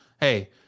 Hey